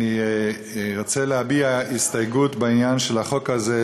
אני רוצה להביע הסתייגות בעניין של החוק הזה,